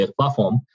platform